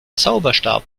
zauberstab